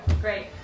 Great